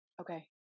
Okay